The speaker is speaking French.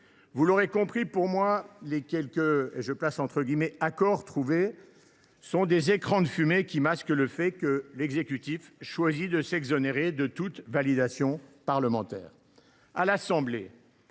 Vous l’aurez compris, pour moi, les quelques « accords » trouvés sont des écrans de fumée qui masquent le fait que l’exécutif choisit de s’exonérer de toute validation parlementaire. Il s’exonère